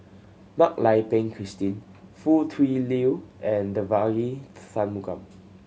Mak Lai Peng Christine Foo Tui Liew and Devagi Sanmugam